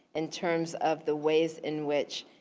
in terms of the ways in which,